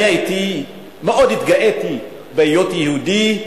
אני מאוד התגאיתי בהיותי יהודי,